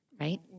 Right